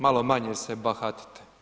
Malo manje se bahatite.